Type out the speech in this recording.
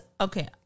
Okay